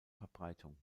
verbreitung